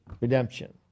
redemption